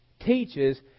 teaches